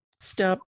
Step